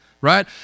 right